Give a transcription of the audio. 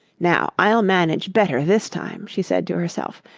now, i'll manage better this time she said to herself,